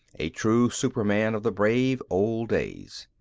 a true superman of the brave old days.